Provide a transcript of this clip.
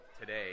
today